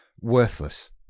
worthless